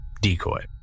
decoy